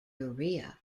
urea